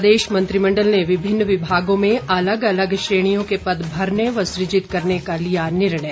प्रदेश मंत्रिमण्डल ने विभिन्न विभागों में अलग अलग श्रेणियों के पद भरने व सुजित करने का लिया निर्णय